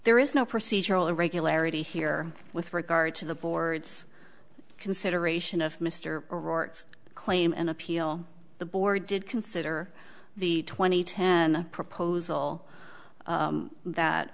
there is no procedural irregularity here with regard to the board's consideration of mr rorts claim an appeal the board did consider the twenty ten proposal that